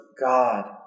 God